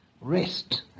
rest